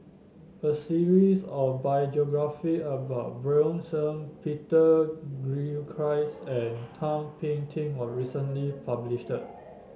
a series of biographies about Bjorn Shen Peter Gilchrist and Thum Ping Tjin was recently published